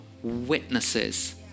witnesses